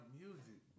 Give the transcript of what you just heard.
music